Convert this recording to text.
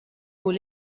aux